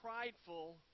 prideful